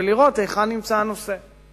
וכדי לראות היכן הנושא נמצא.